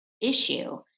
issue